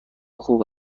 خوب